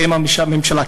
האם הממשלה,